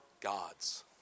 God's